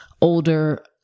older